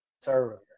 server